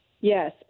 Yes